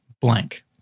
blank